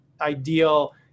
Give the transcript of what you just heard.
ideal